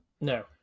no